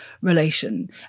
relation